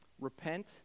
Repent